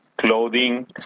clothing